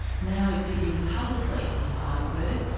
now exhibited publicly in heidelberg.